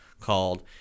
called